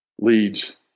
leads